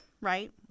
right